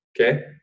okay